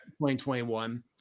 2021